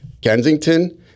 Kensington